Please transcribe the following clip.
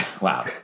Wow